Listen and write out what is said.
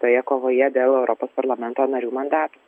toje kovoje dėl europos parlamento narių mandatų